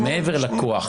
זה מעבר לכוח,